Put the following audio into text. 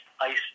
ice